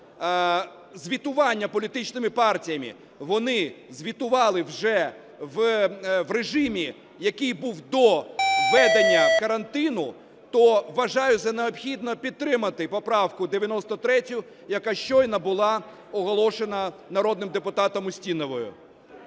звітування політичними партіями вони звітували вже в режимі, який був до введення карантину, то вважаю за необхідне підтримати поправку 93, яка щойно була оголошена народним депутатом Устіновою.